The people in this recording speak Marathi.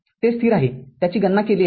ते स्थिर आहे त्याची गणना केली आहे